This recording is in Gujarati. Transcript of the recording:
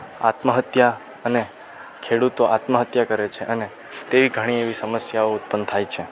આત્મહત્યા અને ખેડૂતો આત્મહત્યા કરે છે અને તેવી ઘણી એવી સમસ્યાઓ ઉત્પન્ન થાય છે